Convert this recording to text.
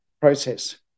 process